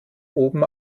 oben